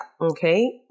okay